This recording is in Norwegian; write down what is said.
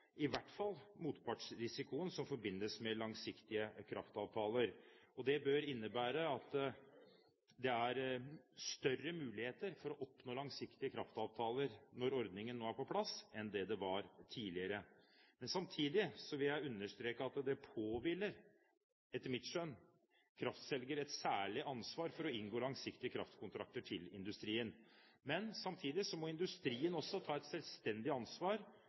i hvert fall motpartsrisikoen, som forbindes med langsiktige kraftavtaler. Det bør innebære at det er større muligheter for å oppnå langsiktige kraftavtaler når ordningen nå er på plass, enn det det var tidligere. Men samtidig vil jeg understreke at det, etter mitt skjønn, påhviler kraftselger et særlig ansvar for å inngå langsiktige kraftkontrakter med industrien. Men samtidig må industrien ta et selvstendig ansvar